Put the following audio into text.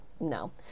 no